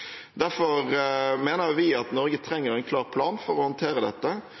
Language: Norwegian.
Derfor mener vi at Norge trenger en klar plan for å håndtere dette.